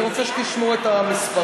אני רוצה שתשמעו את המספרים,